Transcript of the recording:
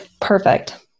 perfect